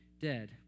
dead